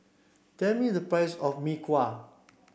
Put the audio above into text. tell me the price of Mee Kuah